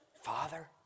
Father